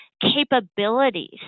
capabilities